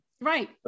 right